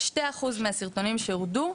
שתי אחוז מהסרטונים שהורדו,